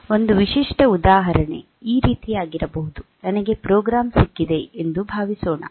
ಒಂದು ವಿಶಿಷ್ಟ ಉದಾಹರಣೆ ಈ ರೀತಿಯಾಗಿರಬಹುದು ನಮಗೆ ಪ್ರೋಗ್ರಾಂ ಸಿಕ್ಕಿದೆ ಎಂದು ಭಾವಿಸೋಣ